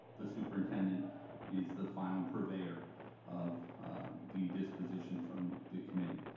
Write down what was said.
the superintendent is the final purveyor of the disposition from the committee.